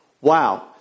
Wow